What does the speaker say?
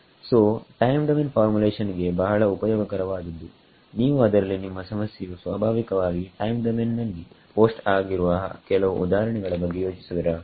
ಸೋಟೈಮ್ domain formulation ಗೆ ಬಹಳ ಉಪಯೋಗಕರವಾದದ್ದುನೀವು ಅದರಲ್ಲಿ ನಿಮ್ಮ ಸಮಸ್ಯೆಯು ಸ್ವಾಭಾವಿಕವಾಗಿ ಟೈಮ್ ಡೊಮೈನ್ ನಲ್ಲಿ ಪೋಸ್ಟ್ ಆಗಿರುವ ಕೆಲವು ಉದಾಹರಣೆಗಳ ಬಗ್ಗೆ ಯೋಚಿಸುವಿರಾ